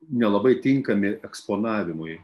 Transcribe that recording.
nelabai tinkami eksponavimui